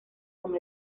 con